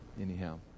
anyhow